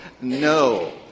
No